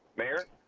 mayor.